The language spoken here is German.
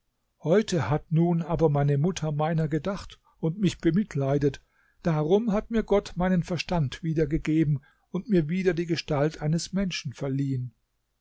heute hat nun aber meine mutter meiner gedacht und mich bemitleidet darum hat mir gott meinen verstand wiedergegeben und mir wieder die gestalt eines menschen verliehen